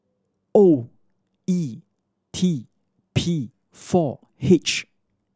O E T P four H